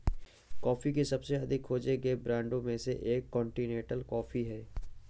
coffee के सबसे अधिक खोजे गए ब्रांडों में से एक कॉन्टिनेंटल कॉफ़ी है